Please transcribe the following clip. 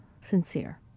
sincere